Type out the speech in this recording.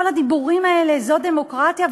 כל הדיבורים האלה, זאת דמוקרטיה?